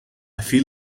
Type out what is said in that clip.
feel